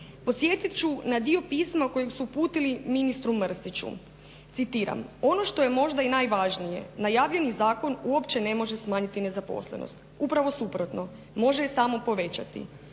Podsjetit ću na dio pisma kojeg su uputili ministru Mrsiću. Citiram, "Ono što je možda i najvažnije najavljeni zakon uopće ne može smanjiti nezaposlenost, upravo suprotno može je samo povećati.